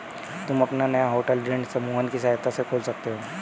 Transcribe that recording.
तुम अपना नया होटल ऋण समूहन की सहायता से खोल सकते हो